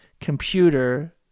computer